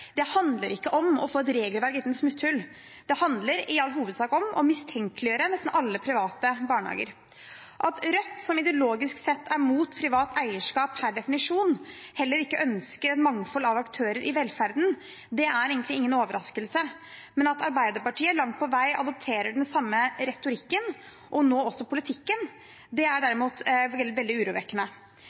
som ideologisk sett er imot privat eierskap per definisjon, heller ikke ønsker et mangfold av aktører i velferden, er egentlig ingen overraskelse, men at Arbeiderpartiet langt på vei adopterer den samme retorikken og nå også politikken, er derimot veldig